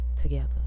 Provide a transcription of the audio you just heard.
together